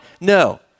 no